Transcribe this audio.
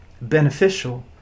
beneficial